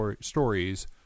stories